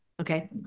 okay